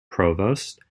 provost